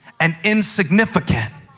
and insignificant,